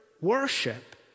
worship